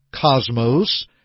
cosmos